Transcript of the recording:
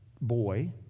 boy